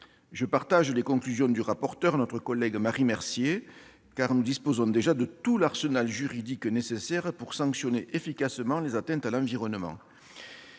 Je partage les conclusions de la rapporteure, notre collègue Marie Mercier, car nous disposons déjà de tout l'arsenal juridique nécessaire pour sanctionner efficacement les atteintes à l'environnement.